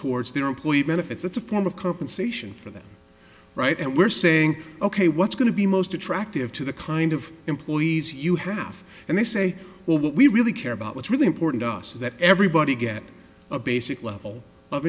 towards their employee benefits that's a form of compensation for that right and we're saying ok what's going to be most attractive to the kind of employees you half and they say well what we really care about what's really important to us is that everybody get a basic level of